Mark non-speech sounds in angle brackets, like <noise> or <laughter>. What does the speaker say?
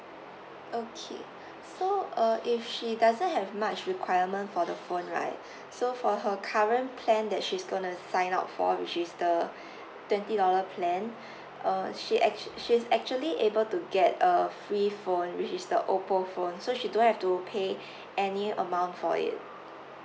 okay so uh if she doesn't have much requirement for the phone right so for her current plan that she's going to sign up for which is the <breath> twenty dollar plan <breath> uh she actu~ she's actually able to get a free phone which is the Oppo phone so she don't have to pay <breath> any amount for it